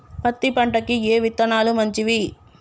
పత్తి పంటకి ఏ విత్తనాలు మంచివి?